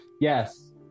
yes